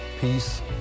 peace